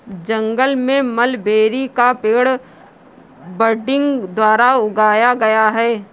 जंगल में मलबेरी का पेड़ बडिंग द्वारा उगाया गया है